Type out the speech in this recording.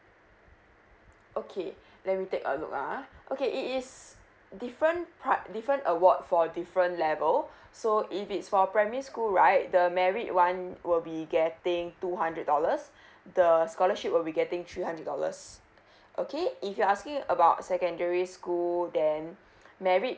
okay let me take a look ah okay it is different pri~ different award for different level so if it's for primary school right the merit one will be getting two hundred dollars the scholarship will be getting three hundred dollars okay if you're asking about secondary school then merit